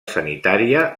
sanitària